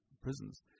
prisons